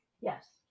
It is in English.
Yes